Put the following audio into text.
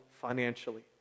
financially